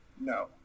No